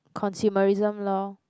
consumerism lor